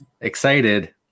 excited